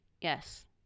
Yes